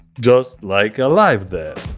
just like a life there.